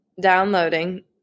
downloading